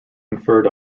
conferred